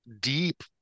deep